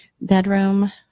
bedroom